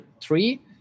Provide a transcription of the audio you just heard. three